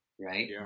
right